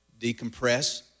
decompress